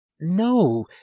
No